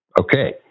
Okay